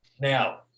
now